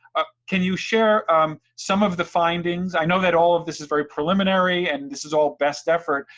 ah can you share some of the findings? i know that all of this is very preliminary, and this is all best effort,